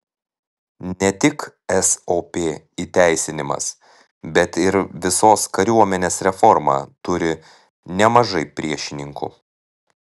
ne tik sop įteisinimas bet ir visos kariuomenės reforma turi nemažai priešininkų